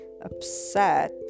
upset